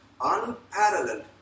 unparalleled